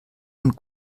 und